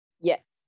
Yes